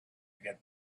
get